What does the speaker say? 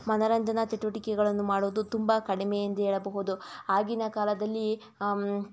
ಮನರಂಜನಾ ಚಟುವಟಿಕೆಗಳನ್ನು ಮಾಡುವುದು ತುಂಬ ಕಡಿಮೆ ಎಂದೇ ಹೇಳಬಹುದು ಆಗಿನ ಕಾಲದಲ್ಲಿ